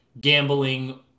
gambling